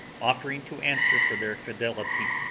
offering to answer for their fidelity,